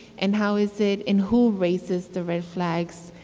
and how is it and who raises the red flags,